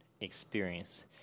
experience